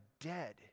dead